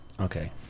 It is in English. Okay